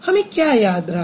हमें क्या याद रहा